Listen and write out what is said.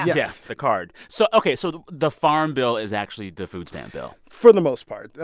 yes the card so ok. so the the farm bill is actually the food stamp bill for the most part.